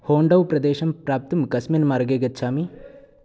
होण्डौ प्रदेशं प्राप्तुं कस्मिन् मार्गे गच्छामि